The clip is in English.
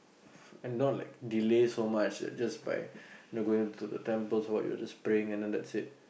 (pppo) and not like delay so much that just by going to the temple or what you're just praying and that's it